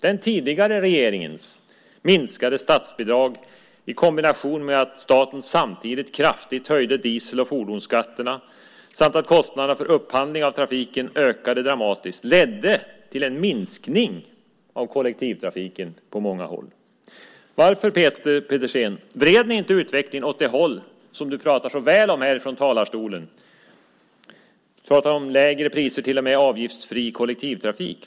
Den tidigare regeringens minskade statsbidrag i kombination med att staten samtidigt kraftigt höjde diesel och fordonsskatterna samt att kostnaderna för upphandling av trafiken ökade dramatiskt ledde till en minskning av kollektivtrafiken på många håll. Varför, Peter Pedersen, vred ni inte utvecklingen åt det håll som du pratar så väl om här ifrån talarstolen? Du pratar om lägre priser och till och med om avgiftsfri kollektivtrafik.